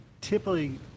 typically